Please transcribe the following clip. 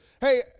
Hey